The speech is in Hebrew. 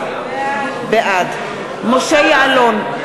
בעד משה יעלון,